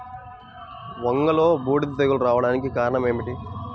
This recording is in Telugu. వంగలో బూడిద తెగులు రావడానికి కారణం ఏమిటి?